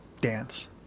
dance